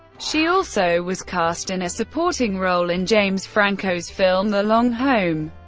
she also was cast in a supporting role in james franco's film the long home,